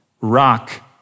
rock